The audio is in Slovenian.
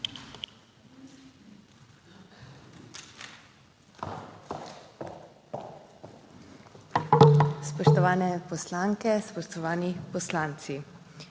Spoštovane poslanke, spoštovani poslanci.